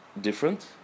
different